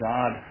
God